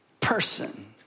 person